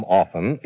often